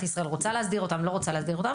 ישראל רוצה להסדיר אותם או לא רוצה להסדיר אותם,